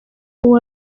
uwo